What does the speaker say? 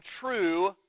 true